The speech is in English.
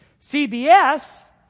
CBS